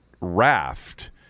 raft